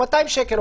או 200 שקל,